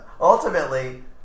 Ultimately